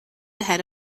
ahead